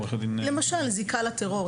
למשל זיקה לטרור.